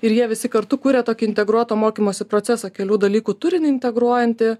ir jie visi kartu kuria tokį integruoto mokymosi procesą kelių dalykų turinį integruojantį